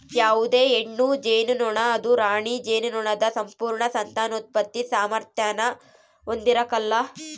ಯಾವುದೇ ಹೆಣ್ಣು ಜೇನುನೊಣ ಅದು ರಾಣಿ ಜೇನುನೊಣದ ಸಂಪೂರ್ಣ ಸಂತಾನೋತ್ಪತ್ತಿ ಸಾಮಾರ್ಥ್ಯಾನ ಹೊಂದಿರಕಲ್ಲ